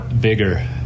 bigger